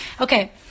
Okay